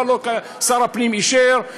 שר הפנים אישר.